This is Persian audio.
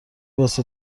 واسه